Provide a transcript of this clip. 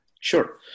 Sure